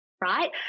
right